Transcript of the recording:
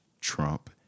Trump